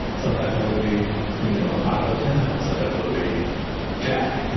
sometimes it'll be you know apocalypse now. sometimes it'll be jack.